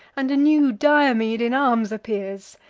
and a new diomede in arms appears.